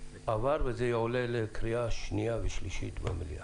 וזה עולה לקריאה שנייה ושלישית במליאה.